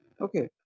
Okay